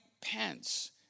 Pence